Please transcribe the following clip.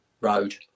Road